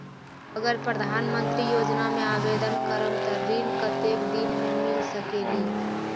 अगर प्रधानमंत्री योजना में आवेदन करम त ऋण कतेक दिन मे मिल सकेली?